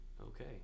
Okay